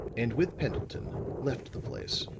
and with pendleton left the place.